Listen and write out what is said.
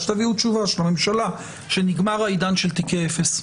שתביאו תשובה של הממשלה שנגמר העידן של תיקי אפס.